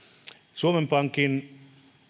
suomen pankin